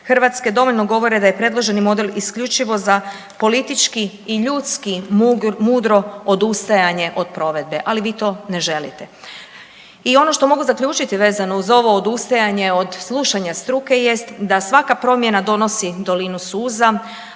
Hrvatske, dovoljno govore da je predloženi model isključivo za politički i ljudski mudro odustajanje od provedbe, ali vi to ne želite. I ono što mogu zaključiti vezano za ovo odustajanje od slušanja struke jest da svaka promjena donosi dolinu suza,